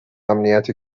امنیت